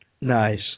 Nice